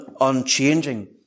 unchanging